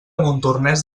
montornès